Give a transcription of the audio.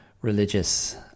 religious